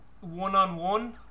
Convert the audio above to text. one-on-one